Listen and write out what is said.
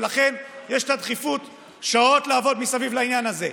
ולכן יש דחיפות לעבוד שעות מסביב לעניין הזה.